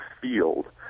field